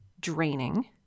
draining